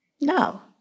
No